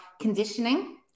conditioning